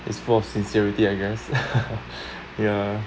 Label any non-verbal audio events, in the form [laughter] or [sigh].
is for sincerity I guess [laughs] ya